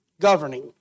governing